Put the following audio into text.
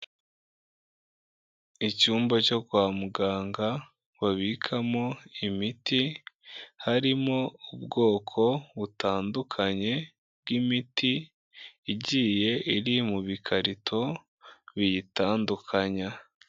Icyumba cyo kwa muganga, babikamo imiti, harimo ubwoko butandukanye bw'imiti igiye iri mu bikarito, biyitandukanya.